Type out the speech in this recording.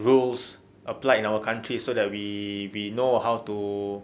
rules applied in our countries so that we we know how to